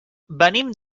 venim